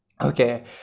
okay